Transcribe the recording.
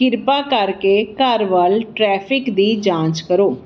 ਕਿਰਪਾ ਕਰਕੇ ਘਰ ਵੱਲ ਟ੍ਰੈਫਿਕ ਦੀ ਜਾਂਚ ਕਰੋ